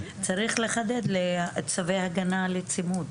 צריך לחדד לצווי הגנה לצימוד.